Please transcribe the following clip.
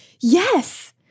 yes